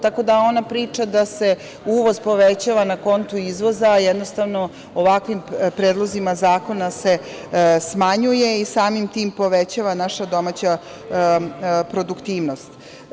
Tako da ona priča da se uvoz povećava na kontu izvoza, jednostavno, ovakvim predlozima zakona se smanjuje i samim tim povećava naša domaća produktivnost.